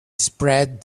spread